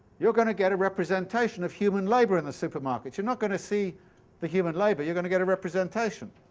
you're going to get a representation of human labour in the supermarket. you're not going to see the human labour. but you're going to get a representation.